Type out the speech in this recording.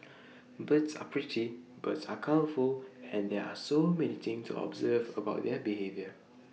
birds are pretty birds are colourful and there are so many things to observe about their behaviour